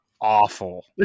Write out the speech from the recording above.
awful